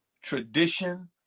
tradition